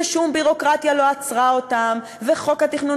ששום ביורוקרטיה לא עצרה אותן וחוק התכנון